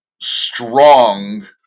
strong